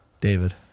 David